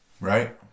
right